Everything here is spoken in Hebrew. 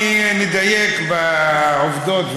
נדייק בעובדות,